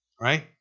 right